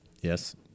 Yes